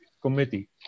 Committee